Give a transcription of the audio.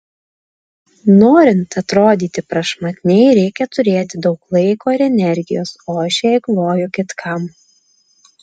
norint atrodyti prašmatniai reikia turėti daug laiko ir energijos o aš ją eikvoju kitkam